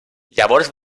llavors